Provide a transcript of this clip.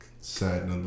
Sad